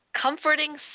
comforting